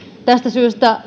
tästä syystä